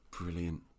Brilliant